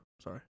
Sorry